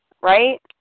Right